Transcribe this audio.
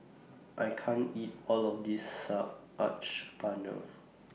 I can't eat All of This Paneer